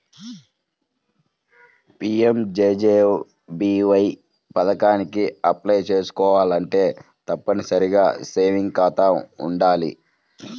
PMJJBY పథకానికి apply చేసుకోవాలంటే తప్పనిసరిగా సేవింగ్స్ ఖాతా వుండాలి